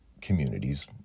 communities